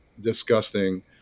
disgusting